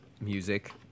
music